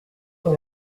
son